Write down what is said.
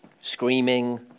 screaming